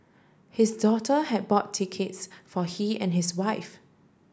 his daughter had bought tickets for he and his wife